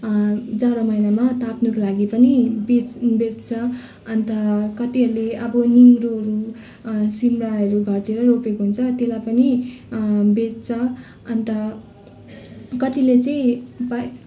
जाडो महिनामा ताप्नुको लागि पनि बेच बेच्छ अन्त कतिहरूले अब निगुरो सिमरायहरू घरतिर रोपेको हुन्छ त्यसलाई पनि बेच्छ अन्त कतिले चाहिँ बा